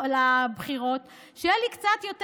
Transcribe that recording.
בהיערכות לבחירות שיהיה לי קצת יותר.